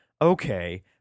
Okay